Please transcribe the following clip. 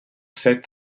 sept